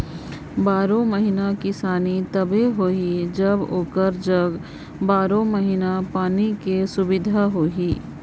बारो महिना किसानी तबे होही जब ओकर जग बारो महिना पानी कर सुबिधा होही